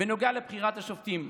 בנוגע לבחירת השופטים,